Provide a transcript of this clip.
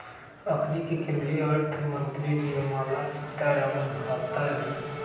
अखनि के केंद्रीय अर्थ मंत्री निर्मला सीतारमण हतन